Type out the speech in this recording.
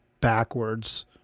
backwards